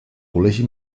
col·legi